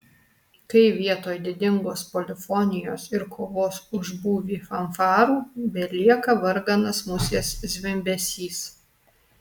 kai vietoj didingos polifonijos ir kovos už būvį fanfarų belieka varganas musės zvimbesys